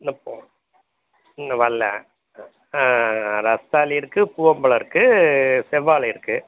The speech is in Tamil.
இன்னும் போ இன்னும் வரல ஆ ஆ ஆ ஆ ஆ ரஸ்தாளி இருக்குது பூவம் பழம் இருக்குது செவ்வாழை இருக்குது